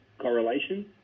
correlation